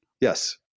Yes